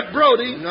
Brody